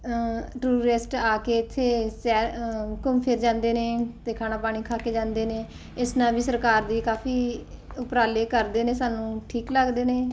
tourist ਆ ਕੇ ਇੱਥੇ ਸੈਰ ਘੁੰਮ ਫਿਰ ਜਾਂਦੇ ਨੇ ਅਤੇ ਖਾਣਾ ਪਾਣੀ ਖਾ ਕੇ ਜਾਂਦੇ ਨੇ ਇਸ ਨਾਲ ਵੀ ਸਰਕਾਰ ਦੀ ਕਾਫੀ ਉਪਰਾਲੇ ਕਰਦੇ ਨੇ ਸਾਨੂੰ ਠੀਕ ਲੱਗਦੇ ਨੇ